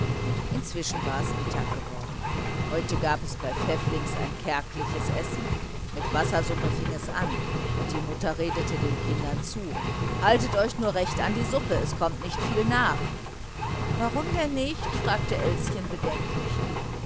inzwischen war es mittag geworden heute gab es bei pfäfflings ein kärgliches essen mit wassersuppe fing es an und die mutter redete den kindern zu haltet euch nur recht an die suppe es kommt nicht viel nach warum denn nicht fragte elschen bedenklich